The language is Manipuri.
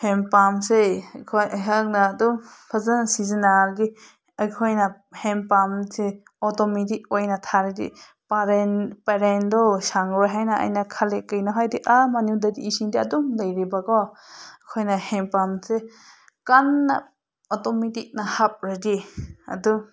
ꯍꯦꯟꯄꯝꯁꯦ ꯑꯩꯈꯣꯏ ꯑꯩꯍꯥꯛꯅ ꯑꯗꯨꯝ ꯐꯖꯅ ꯁꯤꯖꯤꯟꯅꯔꯗꯤ ꯑꯩꯈꯣꯏꯅ ꯍꯦꯟꯄꯝꯁꯦ ꯑꯣꯇꯣꯃꯦꯇꯤꯛ ꯑꯣꯏꯅ ꯊꯥꯔꯗꯤ ꯄꯔꯦꯡ ꯄꯔꯦꯡꯗꯣ ꯁꯥꯡꯂꯔꯣꯏ ꯍꯥꯏꯅ ꯑꯩꯅ ꯈꯜꯂꯤ ꯀꯩꯅꯣ ꯍꯥꯏꯗꯤ ꯑꯥ ꯃꯅꯨꯡꯗꯗꯤ ꯏꯁꯤꯡꯗꯤ ꯑꯗꯨꯝ ꯂꯩꯔꯤꯕꯀꯣ ꯑꯩꯈꯣꯏꯅ ꯍꯦꯟꯄꯝꯁꯦ ꯀꯟꯅ ꯑꯣꯇꯣꯃꯦꯇꯤꯛꯅ ꯍꯥꯞꯂꯗꯤ ꯑꯗꯨꯝ